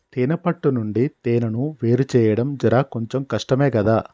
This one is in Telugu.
తేనే పట్టు నుండి తేనెను వేరుచేయడం జర కొంచెం కష్టమే గదా